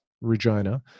Regina